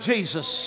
Jesus